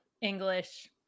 English